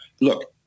Look